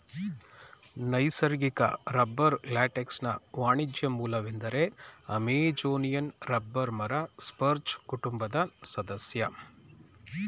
ನೈಸರ್ಗಿಕ ರಬ್ಬರ್ ಲ್ಯಾಟೆಕ್ಸ್ನ ವಾಣಿಜ್ಯ ಮೂಲವೆಂದರೆ ಅಮೆಜೋನಿಯನ್ ರಬ್ಬರ್ ಮರ ಸ್ಪರ್ಜ್ ಕುಟುಂಬದ ಸದಸ್ಯ